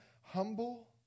humble